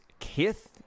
Kith